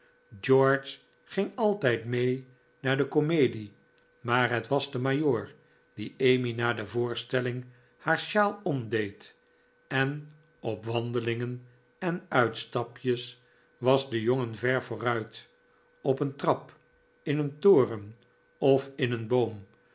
george ging altijd mee naar de komedie maar het was de majoor die emmy na de voorstelling haar sjaal omdeed en op wandelingen en uitstapjes was de jongen ver vooruit op een trap in een toren of in een boom